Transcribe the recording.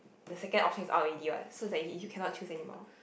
the second option is out already what so is like you you cannot choose anymore